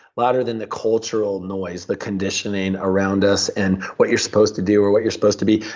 louder than the cultural noise, the conditioning around us, and what you're supposed to do, or what you're supposed to be.